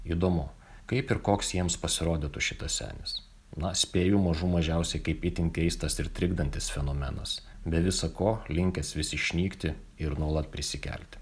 įdomu kaip ir koks jiems pasirodytų šitas senis na spėju mažų mažiausiai kaip itin keistas ir trikdantis fenomenas be visa ko linkęs vis išnykti ir nuolat prisikelti